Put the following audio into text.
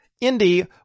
Indy